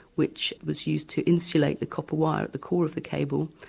which was used to insulate the copper wire at the core of the cable.